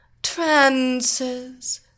Trances